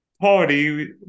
party